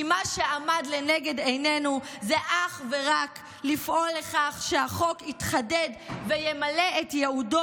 כי מה שעמד לנגד עינינו הוא אך ורק לפעול לכך שהחוק יתחדד וימלא את ייעודו